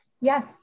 Yes